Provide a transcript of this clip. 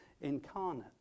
incarnate